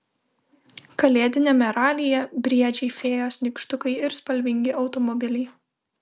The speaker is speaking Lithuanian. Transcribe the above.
kalėdiniame ralyje briedžiai fėjos nykštukai ir spalvingi automobiliai